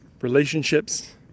relationships